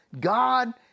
God